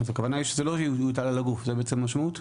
הכוונה היא שזה לא יוטל על הגוף, זו בעצם המשמעות?